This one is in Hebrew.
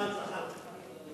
גם ג'מאל זחאלקה.